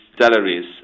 salaries